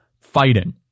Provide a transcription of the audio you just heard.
fighting